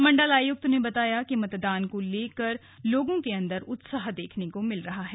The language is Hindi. मंडल आयुक्त ने बताया कि मतदान को लेकर से लोगों के अंदर उत्साह देखने को मिला है